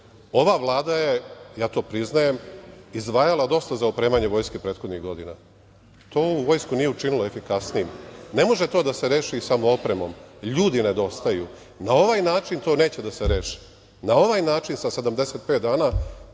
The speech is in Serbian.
Vlada je, ja to priznajem, izdvajala dosta za opremanje vojske prethodnih godina. To ovu vojsku nije učinilo efikasnijom. Ne može to da se reši samo opremom, ljudi nedostaju. Na ovaj način to neće da se reši. Na ovaj način, sa 75 dana,